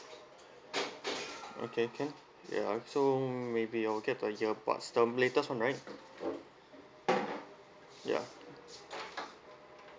okay can ya so maybe I'll get the earbuds the latest [one] right ya